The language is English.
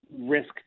risk